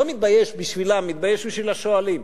לא מתבייש בשבילם, מתבייש בשביל השואלים.